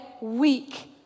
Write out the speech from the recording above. weak